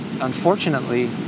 unfortunately